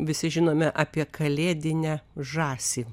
visi žinome apie kalėdinę žąsį